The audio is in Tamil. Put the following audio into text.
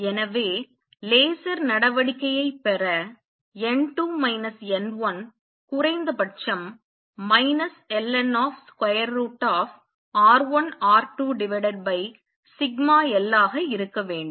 எனவே லேசர் நடவடிக்கை நடைபெற n2 n1 குறைந்தபட்சம் ln√ σl ஆக இருக்க வேண்டும்